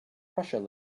prussian